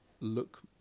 look